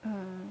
uh